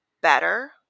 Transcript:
better